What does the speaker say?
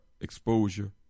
exposure